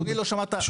רגע, אדוני לא שמע.